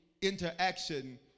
interaction